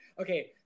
Okay